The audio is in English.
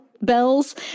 Bells